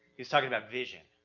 he was talking about vision,